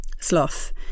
sloth